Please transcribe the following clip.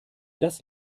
das